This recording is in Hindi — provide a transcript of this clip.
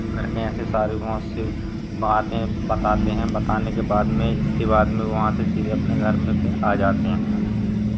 करकें ऐसे सारे गाँव से बातें बताते हैं बताने के बाद में इसके बाद में वहाँ से सीधे अपने घर में सब आ जाते हैं